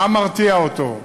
מה מרתיע אותו,